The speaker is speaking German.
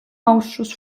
ausschuss